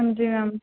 ਹਾਂਜੀ ਮੈਮ